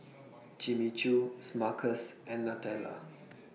Jimmy Choo Smuckers and Nutella